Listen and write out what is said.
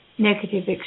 negative